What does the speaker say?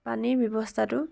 পানীৰ ব্যৱস্থাটো